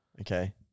Okay